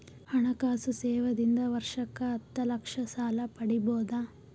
ಹಣಕಾಸು ಸೇವಾ ದಿಂದ ವರ್ಷಕ್ಕ ಹತ್ತ ಲಕ್ಷ ಸಾಲ ಪಡಿಬೋದ?